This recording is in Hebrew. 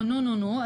או נו-נו-נו,